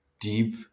deep